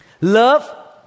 Love